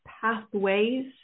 pathways